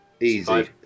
Easy